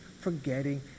forgetting